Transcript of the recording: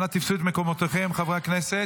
אנא תפסו את מקומותיכם, חברי הכנסת.